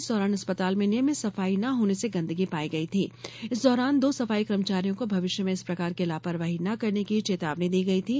इस दौरान अस्पताल में नियमित सफाई न होने से गन्दगी पाई गई थी इस दौरान दो सफाई कर्मचारियों को भविष्य में इस प्रकार की लापरवाही न करने की चेतावनी दी गई थी